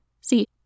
See